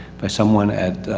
by someone at,